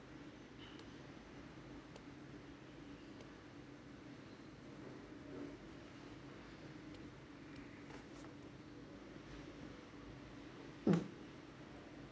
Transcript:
mm